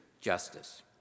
justice